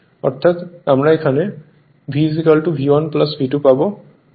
অর্থাৎ আমরা এখানে V V1 V2 পাবো